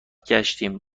گشتیم